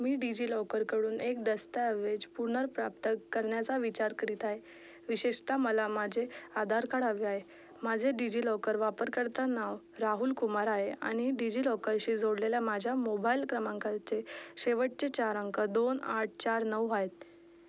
मी डिजिलॉकरकडून एक दस्तावेज पुनर्प्राप्त करण्याचा विचार करीत आहे विशेषता मला माझे आधार कार्ड हवे आहे माझे डिजिलॉकर वापरकर्ता नाव राहुल कुमार आहे आणि डिजिलॉकरशी जोडलेल्या माझ्या मोबाईल क्रमांकाचे शेवटचे चार अंक दोन आठ चार नऊ आहेत